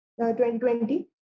2020